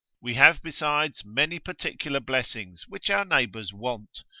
we have besides many particular blessings, which our neighbours want,